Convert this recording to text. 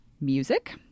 music